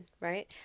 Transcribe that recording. right